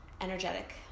energetic